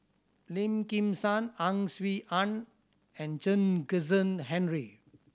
Lim Kim San Ang Swee Aun and Chen Kezhan Henri